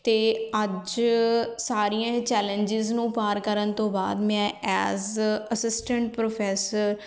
ਅਤੇ ਅੱਜ ਸਾਰੀਆਂ ਇਹ ਚੈਲੇਂਜਸ ਨੂੰ ਪਾਰ ਕਰਨ ਤੋਂ ਬਾਅਦ ਮੈਂ ਐਜ਼ ਅਸਿਸਟੈਂਟ ਪ੍ਰੋਫੈਸਰ